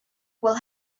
will